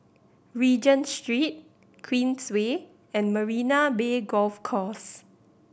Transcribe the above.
Regent Street Queensway and Marina Bay Golf Course